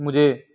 مجھے